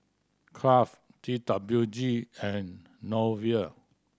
Kraft T W G and Nova